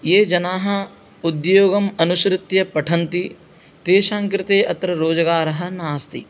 ये जनाः उद्योगम् अनुशृत्य पठन्ति तेषां कृते अत्र रोजगारः नास्ति